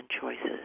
choices